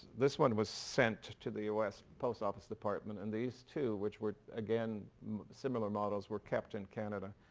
this one was sent to the us post office department and these two which were again similar models were kept in canada.